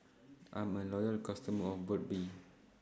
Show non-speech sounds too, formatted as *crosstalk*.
I'm A Loyal customer *noise* of Burt's Bee *noise*